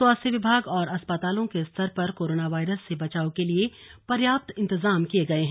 स्वास्थ्य विभाग और अस्पतालों के स्तर पर कोरोना वायरस से बचाव के लिए पर्याप्त इंतजाम किए गए हैं